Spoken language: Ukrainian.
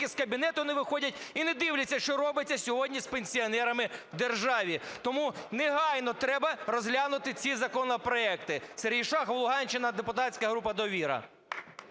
які з кабінету не виходять і не дивляться, що робиться сьогодні з пенсіонерами в державі. Тому негайно треба розглянути ці законопроекти. Сергій Шахов, Луганщина, депутатська група "Довіра".